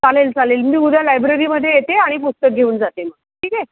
चालेल चालेल मी उद्या लायब्ररीमध्ये येते आणि पुस्तक घेऊन जाते ठीक आहे